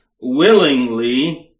willingly